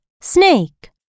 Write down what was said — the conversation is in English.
Snake